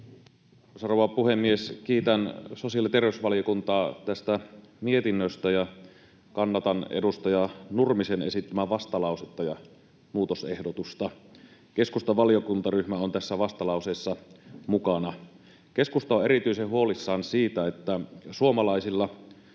rouva puhemies! Kiitän sosiaali- ja terveysvaliokuntaa tästä mietinnöstä ja kannatan edustaja Nurmisen esittämää vastalausetta ja muutosehdotusta. Keskustan valiokuntaryhmä on tässä vastalauseessa mukana. Keskusta on erityisen huolissaan siitä, että suomalaisilla